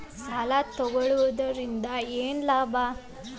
ಸಾಲ ತಗೊಳ್ಳುವುದರಿಂದ ಏನ್ ಲಾಭ?